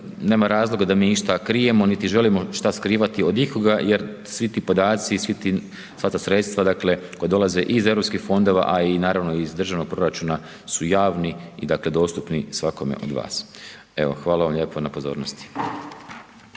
nema razloga da mi išta krijemo, niti želimo šta skrivati od ikoga jer svi ti podaci i sva ta sredstva, dakle, koja dolaze iz Europskih fondova, a i naravno i iz državnog proračuna, su javni i dakle, dostupni svakome od vas. Evo, hvala vam lijepo na pozornosti.